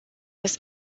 des